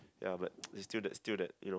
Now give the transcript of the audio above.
ya but it still that still that you know